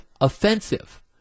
offensive